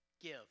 Give